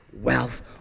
wealth